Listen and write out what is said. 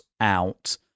out